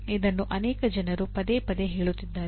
ಇದನ್ನು ಅನೇಕ ಜನರು ಪದೇ ಪದೇ ಹೇಳುತ್ತಿದ್ದಾರೆ